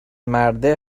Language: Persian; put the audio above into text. مرده